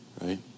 right